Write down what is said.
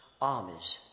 armies